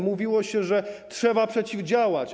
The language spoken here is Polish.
Mówiło się, że trzeba przeciwdziałać.